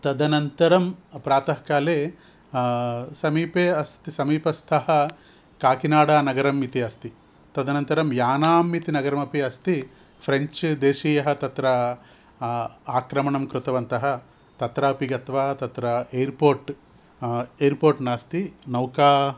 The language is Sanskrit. तदनन्तरं प्रातःकाले समीपे अस्ति समीपस्थं काकिनाडानगरम् इति अस्ति तदनन्तरं यानाम् इति नगरमपि अस्ति फ्रे़ञ्च्देशीयाः तत्र आक्रमणं कृतवन्तः तत्रापि गत्वा तत्र एर्पोट् एर्पोट् नास्ति नौका